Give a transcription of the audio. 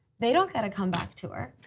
they don't get a comeback tour.